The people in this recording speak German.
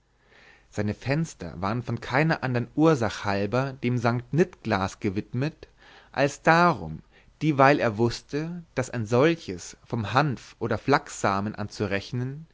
seine fenster waren keiner andern ursach halber dem sant nitglas gewidmet als darum dieweil er wußte daß ein solches vom hanf oder flachssamen an